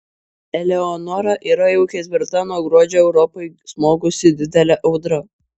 eleonora yra jau ketvirta nuo gruodžio europai smogusi didelė audra